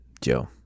Joe